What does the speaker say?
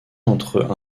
entre